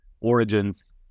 origins